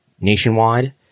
nationwide